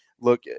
look